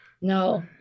No